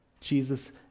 Jesus